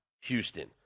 Houston